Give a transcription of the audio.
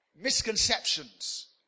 misconceptions